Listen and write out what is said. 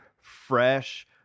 fresh